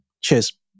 Cheers